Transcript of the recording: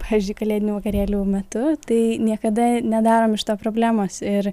pavyzdžiui kalėdinių vakarėlių metu tai niekada nedarom iš to problemos ir